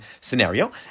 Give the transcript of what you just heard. scenario